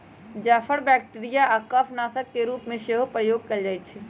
जाफर bacteria आऽ कफ नाशक के रूप में सेहो प्रयोग कएल जाइ छइ